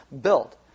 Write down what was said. built